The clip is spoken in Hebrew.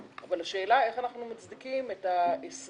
אבל השאלה איך אנחנו מצדיקים את ה-20